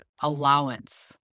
allowance